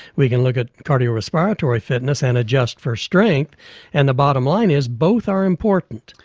we can look at cardio-respiratory fitness and adjust for strength and the bottom line is both are important,